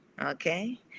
Okay